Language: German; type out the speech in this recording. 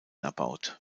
erbaut